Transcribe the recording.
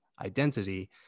identity